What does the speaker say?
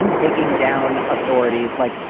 and taking down authority is like.